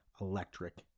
electric